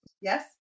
Yes